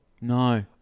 No